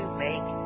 make